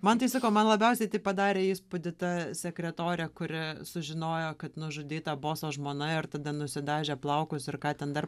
man tai sakau man labiausiai tai padarė įspūdį ta sekretorė kuri sužinojo kad nužudyta boso žmona ir tada nusidažė plaukus ir ką ten dar